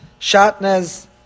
shatnez